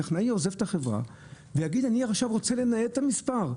טכנאי עוזב את החברה ויגיד: אני עכשיו רוצה לנייד את המספר.